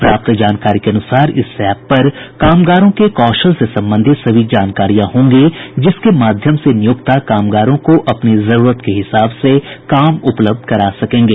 प्राप्त जानकारी के अनुसार इस एप पर कामगारों के कौशल से संबंधित सभी जानकारियां होंगी जिसके माध्यम से नियोक्ता कामगारों को अपनी जरूरत के हिसाब से काम उपलब्ध करा सकेंगे